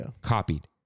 copied